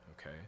okay